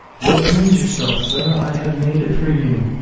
what please yourself, sir i have made it for you.